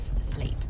sleep